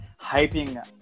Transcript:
hyping